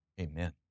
amen